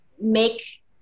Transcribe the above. make